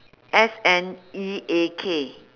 S N E A K